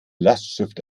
lastschrift